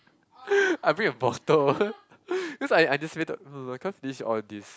I bring a bottle because I I anticipated cause these all these